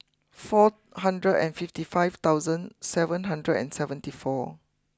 four hundred and fifty five thousand seven hundred and seventy four